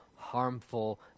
harmful